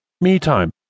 me-time